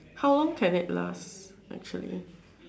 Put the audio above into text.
how long can it last actually